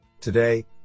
today